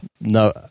No